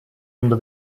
under